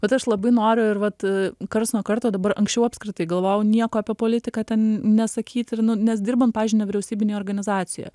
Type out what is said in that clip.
bet aš labai noriu ir vat karts nuo karto dabar anksčiau apskritai galvojau nieko apie politiką ten nesakyti ir nu nes dirbant pavyzdžiui nevyriausybinėje organizacijoje